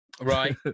Right